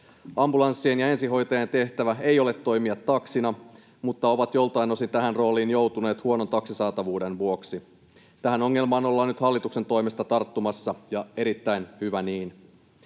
Ambulanssien ja ensihoitajien tehtävä ei ole toimia taksina, mutta he ovat joltain osin tähän rooliin joutuneet huonon taksisaatavuuden vuoksi. Tähän ongelmaan ollaan nyt hallituksen toimesta tarttumassa, ja erittäin hyvä niin.